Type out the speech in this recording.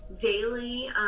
daily